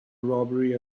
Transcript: robbery